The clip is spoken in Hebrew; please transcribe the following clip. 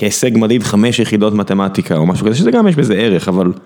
כהישג מדיד - חמש יחידות מתמטיקה או משהו כזה, שזה גם, יש בזה ערך אבל.